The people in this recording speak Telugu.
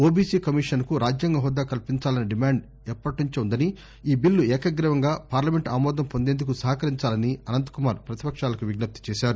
ఒబిసి కమిషన్కు రాజ్యాంగ హోదా కల్పించాలనే డిమాండ్ ఎప్పట్నుంచో ఉందని ఈ బిల్లు ఏకగ్రీవంగా పార్లమెంటు ఆమోదం పొందేందుకు సహకరించాలని అనంతకుమార్ ప్రపతిపక్షాలకు విజ్జప్తి చేశారు